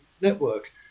network